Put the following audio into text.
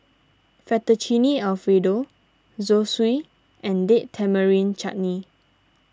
Fettuccine Alfredo Zosui and Date Tamarind Chutney